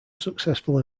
successful